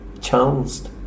challenged